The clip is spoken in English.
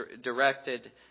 directed